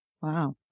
Wow